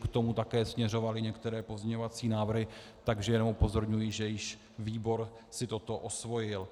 K tomu také směřovaly některé pozměňovací návrhy, takže jenom upozorňuji, že výbor si již toto osvojil.